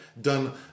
done